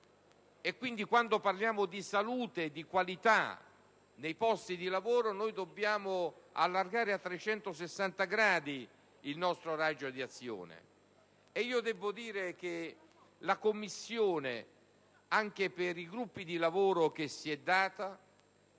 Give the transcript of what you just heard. e, quindi, quando parliamo di salute e di qualità nei posti di lavoro dobbiamo allargare a 360 gradi il nostro raggio d'azione. La Commissione, anche per i gruppi di lavoro che ha